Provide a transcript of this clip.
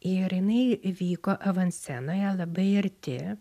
ir jinai vyko avanscenoje labai arti